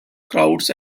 crowds